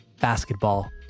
basketball